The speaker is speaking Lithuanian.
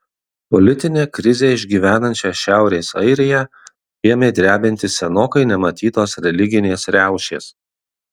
politinę krizę išgyvenančią šiaurės airiją ėmė drebinti senokai nematytos religinės riaušės